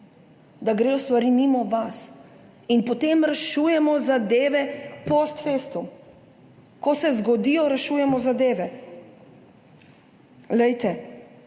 da gredo stvari mimo vas. In potem rešujemo zadeve post festum. Ko se zgodijo, rešujemo zadeve. Ne